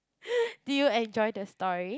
did you enjoy the story